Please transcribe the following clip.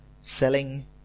selling